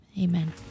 Amen